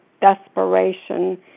desperation